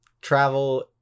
travel